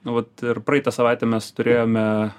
nu vat ir praeitą savaitę mes turėjome